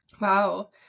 Wow